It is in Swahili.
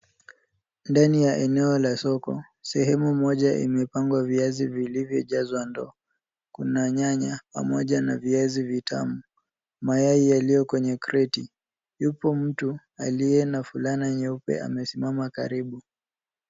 Ndani ya eneo la soko. Sehemu moja imepangwa viazi vilivyojazwa ndoo. Kuna nyanya pamoja na viazi vitamu. Mayai yaliyo kwenye kreti. Yupo mtu aliye na fulana nyeupe amesimama karibu.